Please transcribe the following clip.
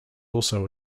also